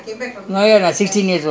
that time you were twenty years old is it